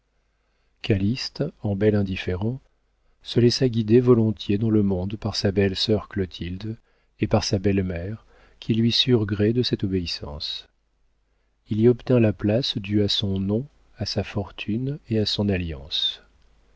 en bel indifférent se laissa guider volontiers dans le monde par sa belle-sœur clotilde et par sa belle-mère qui lui surent gré de cette obéissance il y obtint la place due à son nom à sa fortune et à son alliance